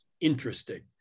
interesting